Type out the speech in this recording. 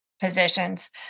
positions